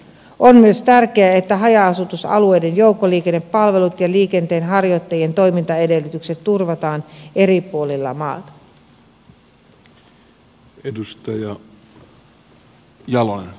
on myös tärkeää että haja asutusalueiden joukkoliikennepalvelut ja liikenteenharjoittajien toimintaedellytykset turvataan eri puolilla maata